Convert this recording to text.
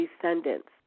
descendants